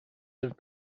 have